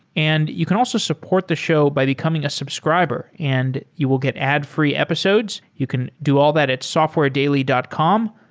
and you can also support the show by becoming a subscriber and you will get ad-free episodes. you can do all that at softwaredaily dot com,